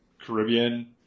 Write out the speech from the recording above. Caribbean